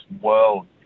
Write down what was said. world